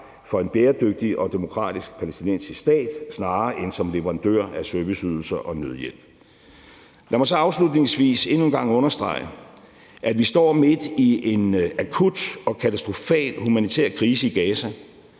for en bæredygtig og demokratisk palæstinensisk stat, snarere end som leverandør af serviceydelser og nødhjælp. Lad mig så afslutningsvis endnu en gang understrege, at vi står midt i en akut og katastrofal humanitær krise i Gaza,